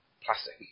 plastic